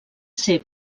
ser